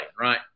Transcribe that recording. right